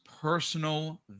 personal